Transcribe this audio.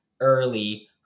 Early